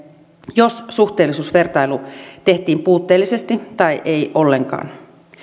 jos suhteellisuusvertailu tehtiin puutteellisesti tai ei ollenkaan